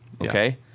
Okay